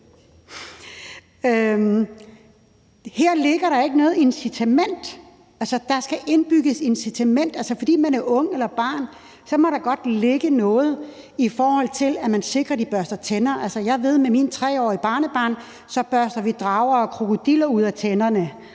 Her ligger der ikke noget incitament. Altså, der skal indbygges et incitament. Fordi man er ung eller barn, må der godt ligge noget, i forhold til at man sikrer, at de børster tænder. Altså, jeg ved, at vi med mit 3-årige barnebarn børster drager og krokodiller ud af tænderne,